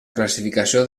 classificació